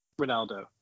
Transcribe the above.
Ronaldo